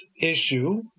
issue